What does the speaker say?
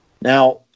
Now